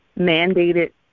mandated